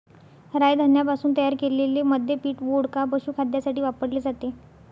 राय धान्यापासून तयार केलेले मद्य पीठ, वोडका, पशुखाद्यासाठी वापरले जाते